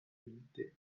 miete